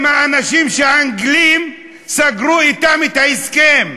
הם האנשים שהאנגלים סגרו אתם את ההסכם.